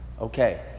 Okay